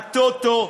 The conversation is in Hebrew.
הטוטו,